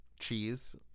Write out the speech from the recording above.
cheese